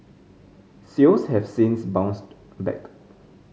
sales have since bounced back